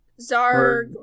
Zarg